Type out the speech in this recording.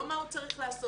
לא מה הוא צריך לעשות,